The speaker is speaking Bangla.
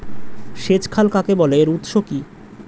সেচ খাল কাকে বলে এর উৎস কি?